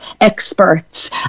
experts